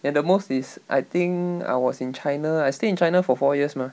at the most is I think I was in china I stay in china for four years mah